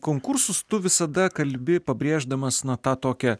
konkursus tu visada kalbi pabrėždamas na ta tokia